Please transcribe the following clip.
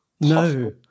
No